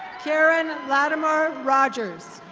karen vladimar rogers.